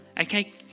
Okay